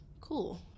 Cool